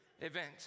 event